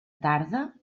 tarda